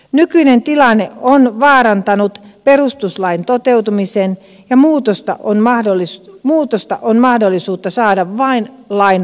nykyinen tilanne on vaarantanut perustuslain toteutumisen ja muutosta on mahdollisuus saada vain lainmuutoksella